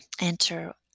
enter